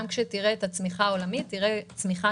גם כשתראה את הצמיחה העולמית תראה צמיחה